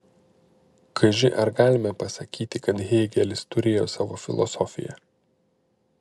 kaži ar galime pasakyti kad hėgelis turėjo savo filosofiją